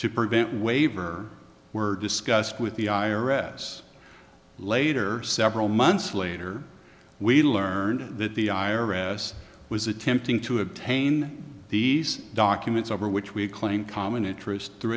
to prevent waiver were discussed with the i r s later several months later we learned that the i r s was attempting to obtain these documents over which we claimed common interest through